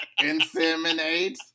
inseminate